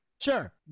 Sure